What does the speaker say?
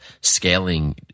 scaling